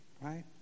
Right